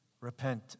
repent